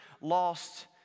lost